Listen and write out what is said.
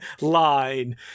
line